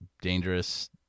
dangerous